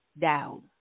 down